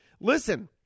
Listen